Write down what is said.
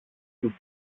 σου